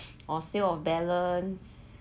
or sale of balance